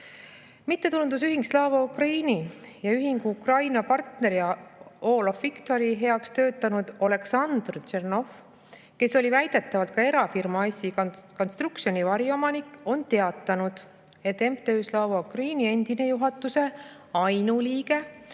Mittetulundusühingu Slava Ukraini ja ühingu Ukraina partneri All for Victory heaks töötanud Oleksandr Tšernov, kes oli väidetavalt ka erafirma IC Construction variomanik, on teatanud, et MTÜ Slava Ukraini endine juhatuse ainuliige